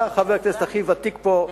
אתה חבר הכנסת הכי ותיק פה,